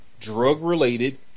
drug-related